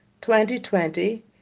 2020